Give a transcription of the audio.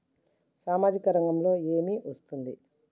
సామాజిక రంగంలో ఏమి వస్తుంది?